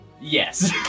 Yes